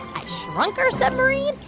i shrunk our submarine,